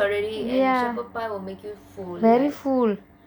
ya very full